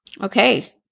Okay